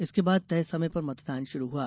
इसके बाद तय समय पर मतदान शुरू हुआ